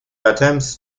attempts